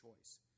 choice